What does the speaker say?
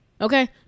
Okay